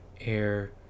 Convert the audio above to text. air